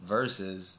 Versus